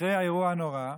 אחרי האירוע הנורא,